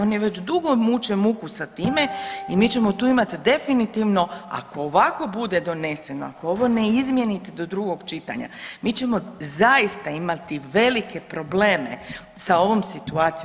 Oni već dugo muče muku sa time i mi ćemo tu imati definitivno ako ovako bude doneseno, ako ovo ne izmijenite do drugog čitanja, mi ćemo zaista imati velike probleme sa ovom situacijom.